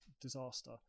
disaster